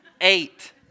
Eight